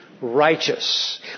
righteous